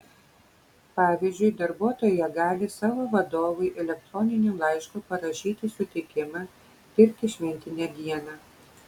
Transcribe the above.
pavyzdžiui darbuotoja gali savo vadovui elektroniniu laišku parašyti sutikimą dirbti šventinę dieną